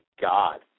God